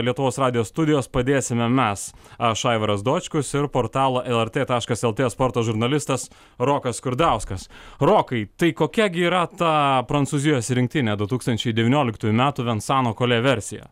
lietuvos radijo studijos padėsime mes aš aivaras dočkus ir portalo lrt taškas lt sporto žurnalistas rokas skurdauskas rokai tai kokia gi yra ta prancūzijos rinktinė du tūkstančiai devynioliktųjų metų vensano kolė versija